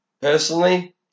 personally